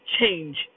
change